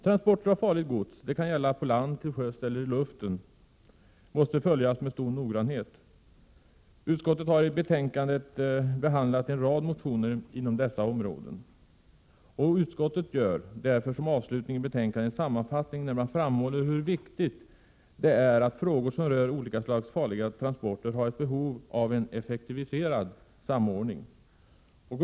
Transport av farligt gods — det kan gälla på land, till sjöss eller i luften — måste följas med stor noggrannhet. Utskottet har i betänkandet behandlat en rad motioner inom detta område. I slutet av betänkandet gör utskottet en sammanfattning, där man framhåller hur viktigt det är att frågor som rör olika slags farliga transporter får en effektiviserad samordning.